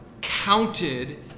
counted